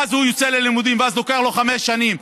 ואז הוא יוצא ללימודים, ואז זה לוקח לו חמש שנים.